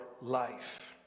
life